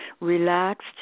relaxed